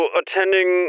attending